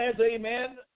Amen